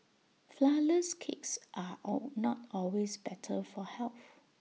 Flourless Cakes are all not always better for health